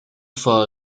for